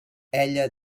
ella